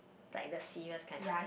like the serious kind ah